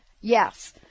yes